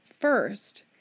first